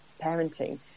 parenting